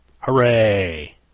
Hooray